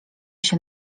się